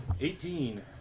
Eighteen